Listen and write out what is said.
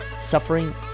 suffering